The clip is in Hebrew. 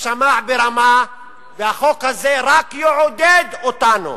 יישמע ברמה, והחוק הזה רק יעודד אותנו